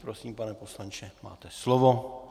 Prosím, pane poslanče, máte slovo.